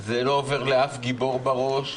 זה לא עובר לאף גיבור בראש.